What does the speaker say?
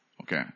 Okay